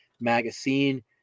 magazine